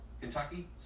Kentucky